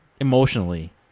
emotionally